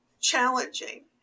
challenging